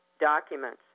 documents